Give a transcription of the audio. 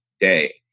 day